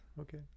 okay